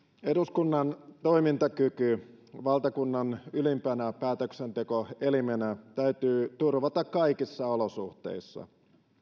eduskunnan toimintakyky valtakunnan ylimpänä päätöksentekoelimenä täytyy turvata kaikissa olosuhteissa